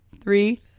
Three